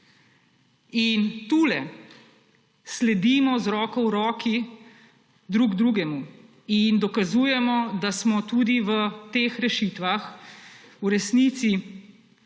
In tule sledimo z roko v roki drug drugemu in dokazujemo, da smo tudi v teh rešitvah v resnici